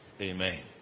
Amen